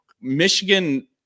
Michigan